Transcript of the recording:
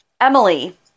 emily